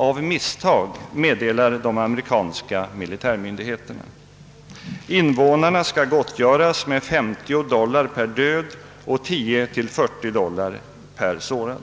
Av misstag, meddelar de amerikanska militärmyndigheterna. Invånarna skall gottgöras med 50 dollar per död och 10—40 dollar per sårad!